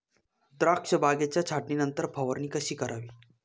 द्राक्ष बागेच्या छाटणीनंतर फवारणी कशी करावी?